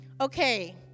okay